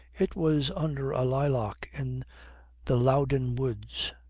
it was under a lilac in the loudon woods.